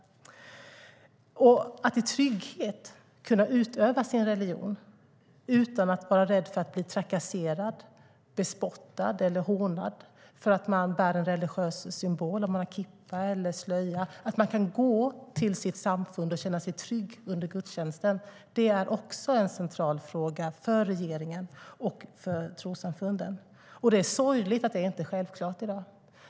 Att i trygghet kunna utöva sin religion utan att vara rädd för att bli trakasserad, bespottad eller hånad för att man bär en religiös symbol, om man har kippa eller slöja, att man kan gå till sitt samfund och känna sig trygg under gudstjänsten - det är också en central fråga för regeringen och för trossamfunden. Det är sorgligt att det inte är självklart i dag.